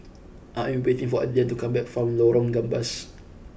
I am waiting for Adriane to come back from Lorong Gambas